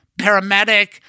paramedic